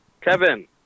Kevin